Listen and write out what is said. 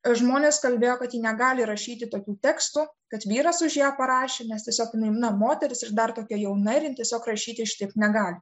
žmonės kalbėjo kad ji negali rašyti tokių tekstų kad vyras už ją parašė nes tiesiog jinai jauna moteris ir dar tokia jauna ir jin tiesiog rašyti šitaip negali